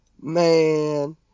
man